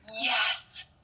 Yes